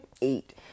Eight